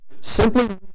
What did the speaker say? simply